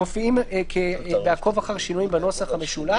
מופיעים ב"עקוב אחר שינויים" בנוסח המשולב.